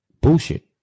bullshit